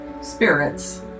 spirits